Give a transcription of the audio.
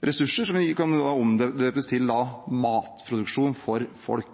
ressurser på, som kan omdøpes til matproduksjon for folk.